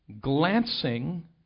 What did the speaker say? glancing